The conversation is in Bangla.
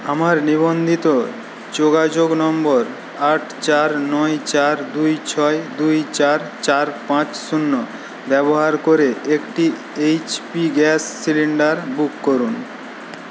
আমার নিবন্ধিত যোগাযোগ নম্বর আট চার নয় চার দুই ছয় দুই চার চার পাঁচ শূন্য ব্যবহার করে একটি এইচপি গ্যাস সিলিন্ডার বুক করুন